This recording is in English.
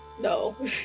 No